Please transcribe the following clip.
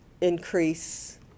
increase